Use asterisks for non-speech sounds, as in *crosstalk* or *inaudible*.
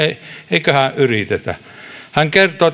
eiköhän yritetä hän kertoi *unintelligible*